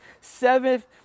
seventh